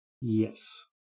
Yes